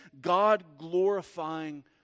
God-glorifying